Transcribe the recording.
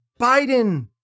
Biden